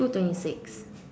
two twenty six